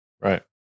Right